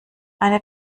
eine